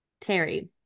Terry